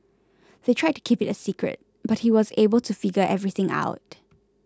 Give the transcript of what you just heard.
they tried to keep it a secret but he was able to figure everything out